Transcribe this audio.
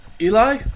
Eli